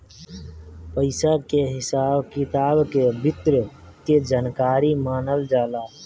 पइसा के हिसाब किताब के वित्त के जानकारी मानल जाला